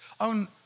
on